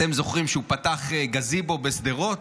אתם זוכרים שהוא פתח גזיבו בשדרות?